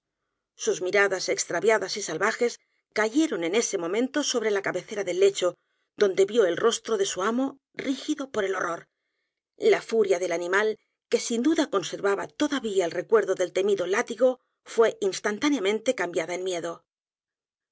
sus miradas extraviadas y salvajes cayeron en ese momento sobre la cabecera del lecho donde vio el rostro de su amo rígido por el horror la furia del animal que sin duda conservaba todavía el recuerdo del temido látigo fué instantáneamente cambiada en miedo